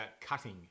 cutting